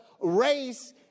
race